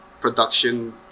production